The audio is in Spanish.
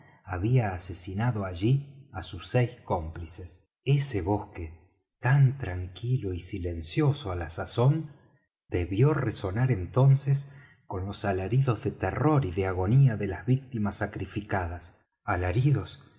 había asesinado allí á sus seis cómplices ese bosque tan tranquilo y silencioso á la sazón debió resonar entonces con los alaridos de terror y de agonía de las víctimas sacrificadas alaridos